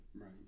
Right